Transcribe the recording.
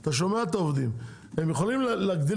אתה שומע את העובדים הם יכולים להגדיל